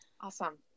Awesome